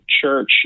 Church